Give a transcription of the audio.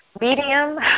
medium